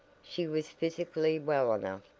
she was physically well enough,